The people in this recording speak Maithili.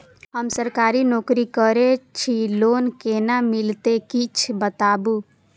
हम सरकारी नौकरी करै छी लोन केना मिलते कीछ बताबु?